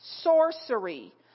sorcery